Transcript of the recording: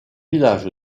village